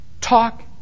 talk